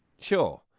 Sure